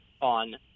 on